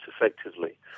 effectively